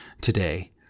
today